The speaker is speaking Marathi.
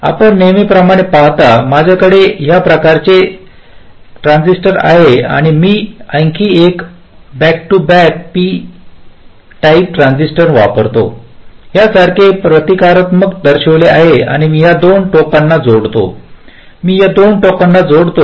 आपण नेहमीप्रमाणे पाहता माझ्याकडे या प्रकारचे एक प्रकारचे ट्रान्झिस्टर आहे आणि मी आणखी एक back to back P type transistor वापरतो हे यासारखे प्रतीकात्मकपणे दर्शविले आहे आणि मी या दोन टोकांना जोडतो मी या दोन टोकांना जोडतो